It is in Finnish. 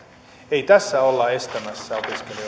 ei tässä olla estämässä opiskelijoiden